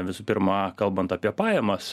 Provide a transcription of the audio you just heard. visų pirma kalbant apie pajamas